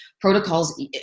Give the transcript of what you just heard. protocols